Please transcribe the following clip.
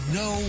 no